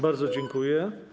Bardzo dziękuję.